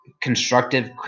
constructive